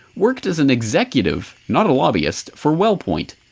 worked as an executive, not a lobbyist for wellpoint,